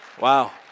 wow